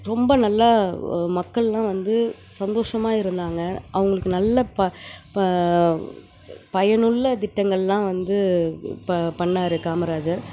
ரொம்ப நல்லா மக்களெலாம் வந்து சந்தோஷமாக இருந்தாங்க அவங்களுக்கு நல்ல ப ப பயன் உள்ள திட்டங்களெலாம் வந்து ப பண்ணிணாரு காமராஜர்